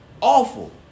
awful